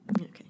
Okay